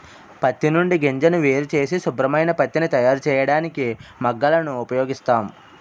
పత్తి నుండి గింజను వేరుచేసి శుభ్రమైన పత్తిని తయారుచేయడానికి మగ్గాలను ఉపయోగిస్తాం